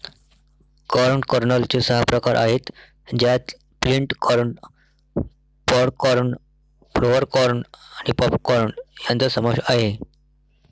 corn कर्नलचे सहा प्रकार आहेत ज्यात flint corn, pod corn, flour corn आणि पॉप कॉर्न यांचा समावेश आहे